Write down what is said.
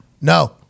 No